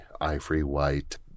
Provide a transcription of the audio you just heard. ivory-white